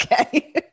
Okay